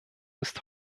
ist